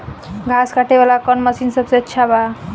घास काटे वाला कौन मशीन सबसे अच्छा बा?